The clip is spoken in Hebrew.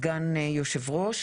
סגן יושב ראש.